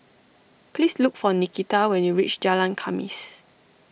please look for Nikita when you reach Jalan Khamis